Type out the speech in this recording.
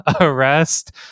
arrest